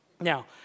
Now